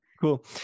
Cool